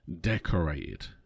Decorated